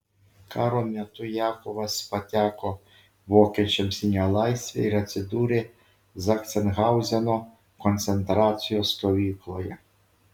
karo metu jakovas pateko vokiečiams į nelaisvę ir atsidūrė zachsenhauzeno koncentracijos stovykloje